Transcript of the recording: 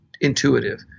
intuitive